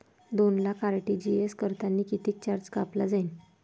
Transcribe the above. दोन लाख आर.टी.जी.एस करतांनी कितीक चार्ज कापला जाईन?